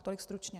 Tolik stručně.